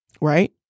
Right